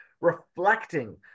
reflecting